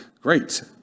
great